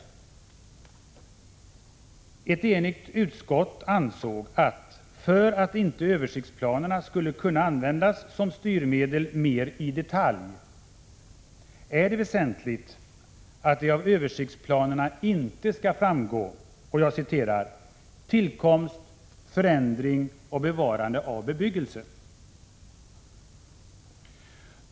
Ett enigt utskott ansåg att, för att inte översiktsplanerna skulle kunna användas som styrmedel mer i detalj, det är väsentligt att det av översiktsplanerna inte skall framgå ”tillkomst, förändring och bevarande av bebyggelse”.